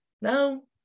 no